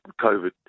COVID